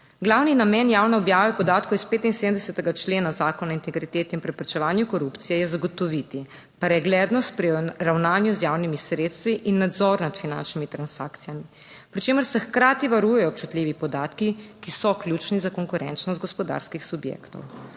Glavni namen javne objave podatkov iz 75. člena Zakona o integriteti in preprečevanju korupcije je zagotoviti preglednost pri ravnanju z javnimi sredstvi in nadzor nad finančnimi transakcijami, pri čemer se hkrati varujejo občutljivi podatki, ki so ključni za konkurenčnost gospodarskih subjektov.